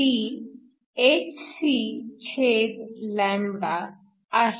ती hcआहे